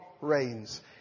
reigns